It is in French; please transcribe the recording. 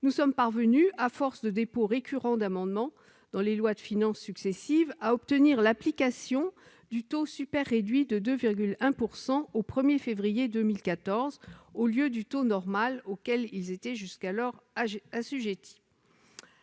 nous sommes parvenus, à force de dépôts récurrents d'amendements dans les lois de finances successives, à obtenir l'application du taux super-réduit de 2,1 % au 1er février 2014, au lieu du taux normal auquel ils étaient jusqu'alors assujettis.